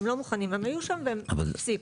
הם היו שם והם הפסיקו.